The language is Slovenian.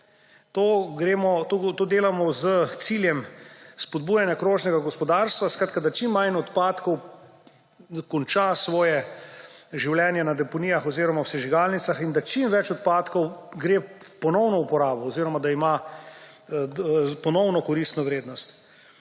To delamo s ciljem spodbujanja krožnega gospodarstva, skratka, da čim manj odpadkov konča svoje življenje na deponijah oziroma v sežigalnicah in da čim več odpadkov gre ponovno v uporabo oziroma da ima ponovno koristno vrednost.